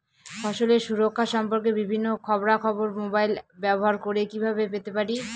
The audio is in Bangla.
ফসলের সুরক্ষা সম্পর্কে বিভিন্ন খবরা খবর মোবাইল ব্যবহার করে কিভাবে পেতে পারি?